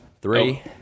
Three